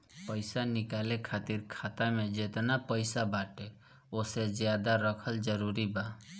पईसा निकाले खातिर खाता मे जेतना पईसा बाटे ओसे ज्यादा रखल जरूरी बा?